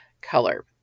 color